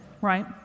right